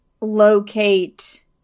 locate